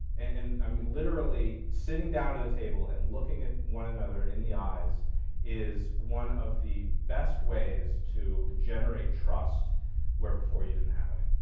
um literally sitting down at a table and looking at one another in the eyes is one of the best ways to generate trust where before you didn't have any.